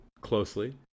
closely